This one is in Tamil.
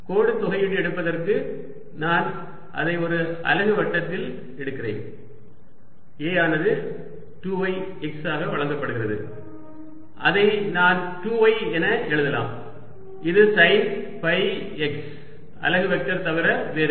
கோடு தொகையீடு எடுப்பதற்கு நான் அதை ஒரு அலகு வட்டத்தில் எடுக்கிறேன் A ஆனது 2 y x ஆக வழங்கப்படுகிறது அதை நான் 2 y என எழுதலாம் இது சைன் ஃபை x அலகு வெக்டர் தவிர வேறில்லை